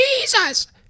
Jesus